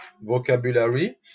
vocabulary